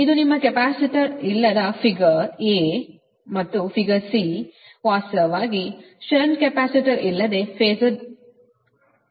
ಇದು ನಿಮ್ಮ ಕೆಪಾಸಿಟರ್ ಇಲ್ಲದ ಫಿಗರ್ figure ಮತ್ತು ಫಿಗರ್ ಸಿfigure ವಾಸ್ತವವಾಗಿ ಇದು ಷಂಟ್ ಕೆಪಾಸಿಟರ್ ಇಲ್ಲದೆ ಫಾಸರ್ ಆಗಿದೆ